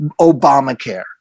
Obamacare